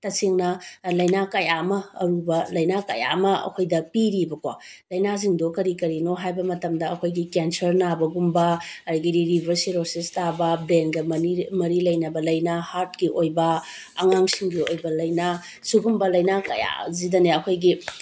ꯇꯁꯦꯡꯅ ꯂꯩꯅꯥ ꯀꯌꯥ ꯑꯃ ꯑꯔꯨꯕ ꯂꯩꯅꯥ ꯀꯌꯥ ꯑꯃ ꯑꯩꯈꯣꯏꯗ ꯄꯤꯔꯤꯑꯦꯕꯀꯣ ꯂꯩꯅꯥꯁꯤꯡꯗꯣ ꯀꯔꯤ ꯀꯔꯤꯅꯣ ꯍꯥꯏꯕ ꯃꯇꯝꯗ ꯑꯩꯈꯣꯏꯒꯤ ꯀꯦꯟꯁ꯭ꯔ ꯅꯥꯕꯒꯨꯝꯕ ꯑꯗꯨꯗꯒꯤ ꯂꯤꯕꯔ ꯁꯤꯔꯣꯁꯤꯁ ꯇꯥꯕ ꯕ꯭ꯔꯦꯟꯒ ꯃꯔꯤ ꯂꯩꯅꯕ ꯂꯩꯅꯥ ꯍꯥꯔꯠꯀꯤ ꯑꯣꯏꯕ ꯑꯉꯥꯡꯁꯤꯡꯒꯤ ꯑꯣꯏꯕ ꯂꯩꯅꯥ ꯁꯤꯒꯨꯝꯕ ꯂꯩꯅꯥ ꯀꯌꯥꯁꯤꯗꯅꯦ ꯑꯩꯈꯣꯏꯒꯤ